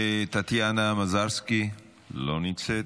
טטיאנה מזרסקי, לא נמצאת.